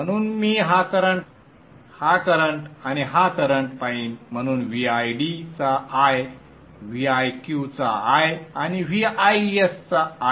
म्हणून मी हा करंट हा करंट आणि हा करंट पाहीन म्हणून Vid चा I Viq चा I आणि Vis चा I